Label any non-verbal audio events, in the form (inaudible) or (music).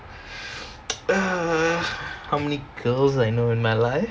(breath) uh how many girls I know in my life